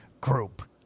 group